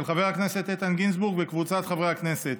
של חבר הכנסת איתן גינזבורג וקבוצת חברי הכנסת,